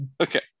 Okay